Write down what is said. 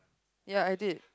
ya I did